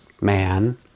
man